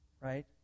right